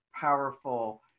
powerful